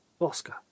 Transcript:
oscar